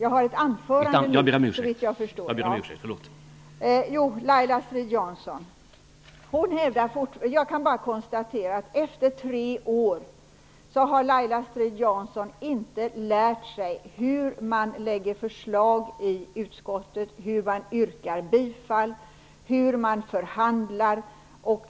Jag kan bara konstatera att efter tre år har Laila Strid-Jansson inte lärt sig hur man lägger fram förslag i utskottet, hur man yrkar bifall, hur man förhandlar och